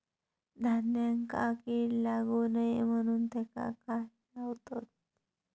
धान्यांका कीड लागू नये म्हणून त्याका काय लावतत?